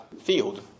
field